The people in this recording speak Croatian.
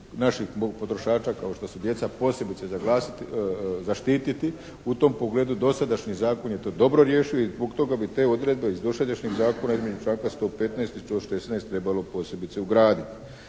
naših potrošača kao što su djeca, posebice zaštititi. U tom pogledu dosadašnji Zakon je to dobro riješio i zbog toga bi te odredbe iz dosadašnjeg Zakona izmjenom članka 115. i 116. trebalo posebice ugraditi.